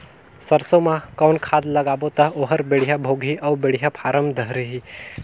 सरसो मा कौन खाद लगाबो ता ओहार बेडिया भोगही अउ बेडिया फारम धारही?